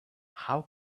how